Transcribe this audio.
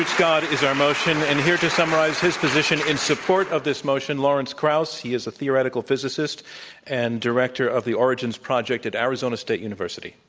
god is our motion, and here to summarize his position in support of this motion, lawrence krauss. krauss. he is a theoretical physicist and director of the origins project at arizona state university.